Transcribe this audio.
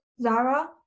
Zara